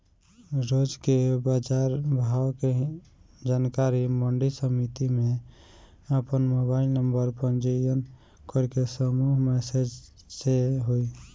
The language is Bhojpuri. रोज के बाजार भाव के जानकारी मंडी समिति में आपन मोबाइल नंबर पंजीयन करके समूह मैसेज से होई?